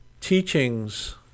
teachings